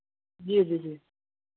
जी जी जी